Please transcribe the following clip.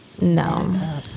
No